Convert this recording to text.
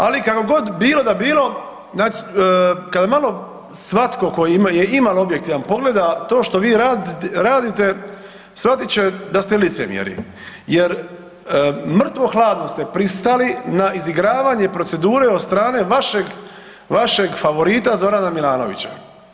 Ali kako god bilo da bilo kada malo svatko tko je imalo objektivan pogleda to što vi radite shvatit će da ste licemjeri, jer mrtvo-hladno ste pristali na izigravanje procedure od strane vašeg favorita Zorana Milanovića.